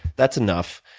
that's enough.